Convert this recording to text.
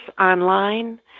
online